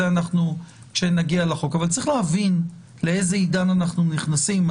ונתייחס לזה כשנגיע לחוק אבל צריך להבין לאיזה עידן אנחנו נכנסים.